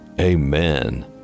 amen